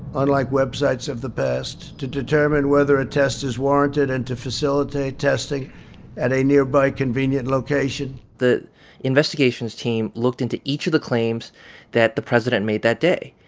unlike websites of the past, to determine whether a test is warranted and to facilitate testing at a nearby convenient location the investigations team looked into each of the claims that the president made that day.